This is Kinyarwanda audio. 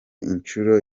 inshuro